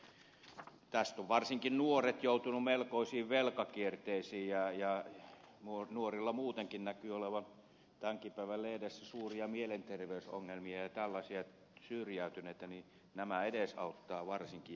tässä ovat varsinkin nuoret joutuneet melkoisiin velkakierteisiin ja nuorilla muutenkin näkyy olevan oli tämänkin päivän lehdessä suuria mielenterveysongelmia ja on tällaisia syrjäytyneitä ja nämä asiat edesauttavat varsinkin